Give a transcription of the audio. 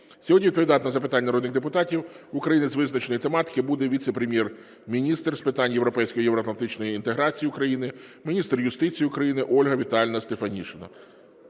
Сьогодні відповідати на запитання народних депутатів України з визначеної тематики буде Віце-прем'єр-міністр з питань європейської і євроатлантичної інтеграції України – Міністр юстиції України Ольга Віталіївна Стефанішина.